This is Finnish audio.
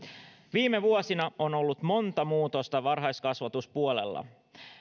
viime vuosina on ollut monta muutosta varhaiskasvatuspuolella